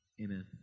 Amen